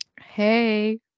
Hey